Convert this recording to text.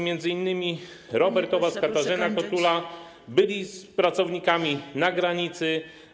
m.in. Robert Obaz, Katarzyna Kotula, byli z pracownikami na granicy.